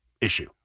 issue